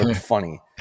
funny